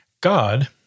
God